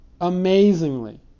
amazingly